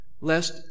lest